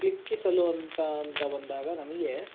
ಕ್ಲಿಕ್ಕಿಸಲು ಅಂತ ಅಂತ ಬಂದಾಗ ನಮಗೆ